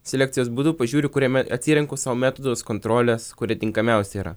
selekcijos būdu pažiūriu kuriame atsirenku savo metodus kontrolės kurie tinkamiausi yra